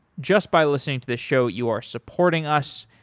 just by listening to the show, you are supporting us.